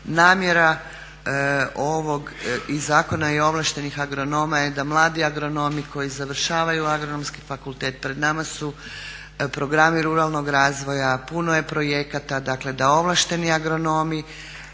Namjera ovog zakona i ovlaštenih agronoma je da mladi agronomi koji završavaju Agronomski fakultet pred nama su programi ruralnog razvoja, puno je projekata dakle da ovlašteni agronomi